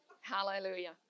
Hallelujah